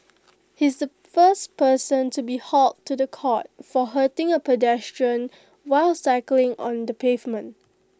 he is the first person to be hauled to The Court for hurting A pedestrian while cycling on the pavement